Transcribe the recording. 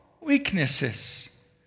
weaknesses